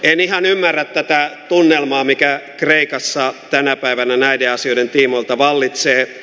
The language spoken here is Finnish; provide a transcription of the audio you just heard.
en ihan ymmärrä tätä tunnelmaa mikä kreikassa tänä päivänä näiden asioiden tiimoilta vallitsee